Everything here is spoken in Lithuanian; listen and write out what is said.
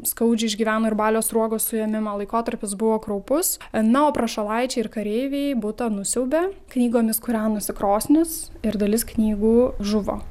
skaudžiai išgyveno ir balio sruogos suėmimą laikotarpis buvo kraupus na o prašalaičiai ir kareiviai butą nusiaubė knygomis kūrenosi krosnis ir dalis knygų žuvo